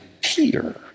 Peter